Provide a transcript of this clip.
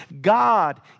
God